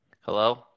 Hello